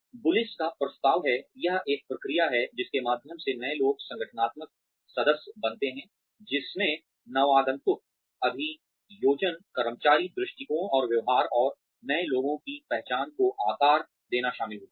bullish का प्रस्ताव है कि यह एक प्रक्रिया है जिसके माध्यम से नए लोग संगठनात्मक सदस्य बनते हैं जिसमें नवागंतुक अभियोजन कर्मचारी दृष्टिकोण और व्यवहार और नए लोगों की पहचान को आकार देना शामिल है